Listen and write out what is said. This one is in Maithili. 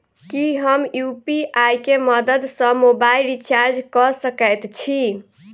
की हम यु.पी.आई केँ मदद सँ मोबाइल रीचार्ज कऽ सकैत छी?